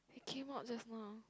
he came out just now